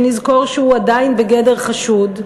ונזכור שהוא עדיין בגדר חשוד,